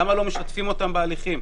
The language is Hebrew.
למה לא משתפים אותם בהליכים?